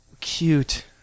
Cute